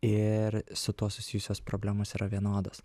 ir su tuo susijusios problemos yra vienodos